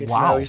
Wow